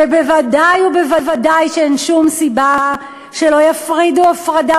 ובוודאי ובוודאי שאין שום סיבה שלא יפרידו הפרדה